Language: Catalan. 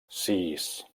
sis